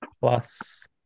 plus